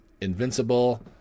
Invincible